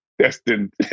Destined